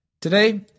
Today